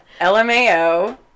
LMAO